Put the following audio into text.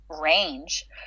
range